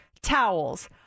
towels